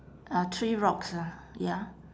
uh three rocks ah ya